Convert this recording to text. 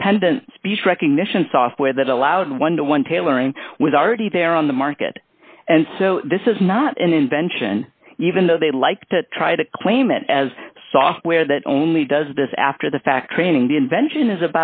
dependent speech recognition software that allowed one dollar to one dollar tailoring was already there on the market and so this is not an invention even though they like to try to claim it as software that only does this after the fact training the invention is